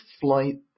flight